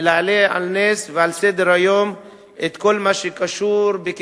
ולהעלות על נס ועל סדר-היום את כל מה שקשור בהן,